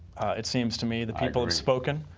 it seems to me the people have spoken.